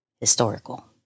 Historical